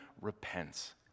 repents